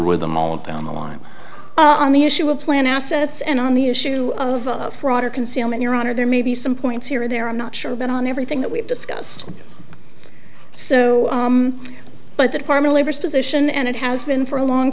them all down the line on the issue of plan assets and on the issue of fraud or concealment your honor there may be some points here or there i'm not sure about on everything that we've discussed so but the department labor's position and it has been for a long